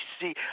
see